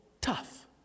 tough